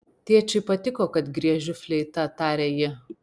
tėčiui patiko kad griežiu fleita tarė ji